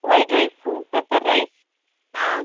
white rice pepper rice ah